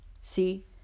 See